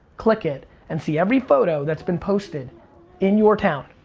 click it and see every photo that's been posted in your town,